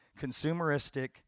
consumeristic